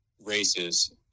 races